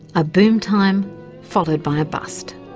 a boom-time followed by a bust.